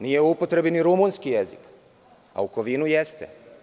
Nije u upotrebi ni rumunski jezik, a u Kovinu jeste.